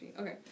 Okay